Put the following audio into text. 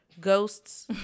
ghosts